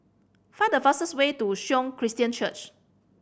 find the fastest way to Sion Christian Church